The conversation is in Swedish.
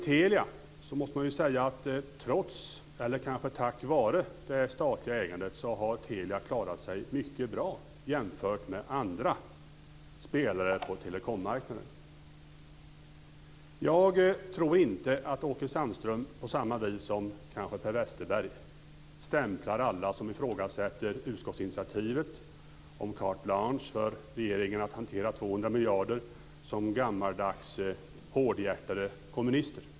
Vi måste säga att Telia trots eller kanske tack vare det statliga ägandet har klarat sig mycket bra jämfört med andra spelare på telekommarknaden. Jag tror inte att Åke Sandström på samma vis som kanske Per Westerberg stämplar alla som ifrågasätter utskottsinitiativet om carte blanche för regeringen när det gäller att hantera 200 miljarder som gammaldags hårdhjärtade kommunister.